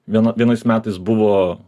viena vienais metais buvo